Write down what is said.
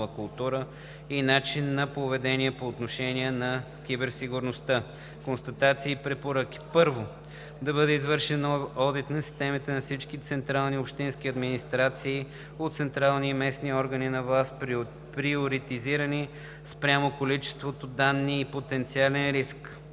култура и начин на поведение по отношение на киберсигурността. Констатации и препоръки: 1. Да бъде извършен одит на системите на всички централни и общински администрации от централните и местните органи на власт, приоритизирани спрямо количеството данни и потенциалния риск.